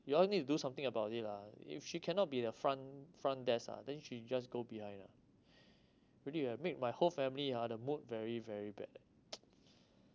you all need to do something about it lah if she cannot be the front front desk ah then she should just go behind lah really ah make my whole family ah the mood very very bad